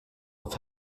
auf